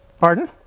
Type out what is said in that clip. Pardon